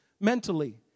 mentally